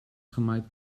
gemaaid